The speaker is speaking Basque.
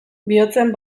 bihotzean